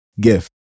gift